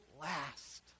last